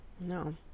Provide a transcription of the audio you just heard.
no